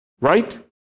right